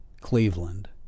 Cleveland